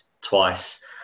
twice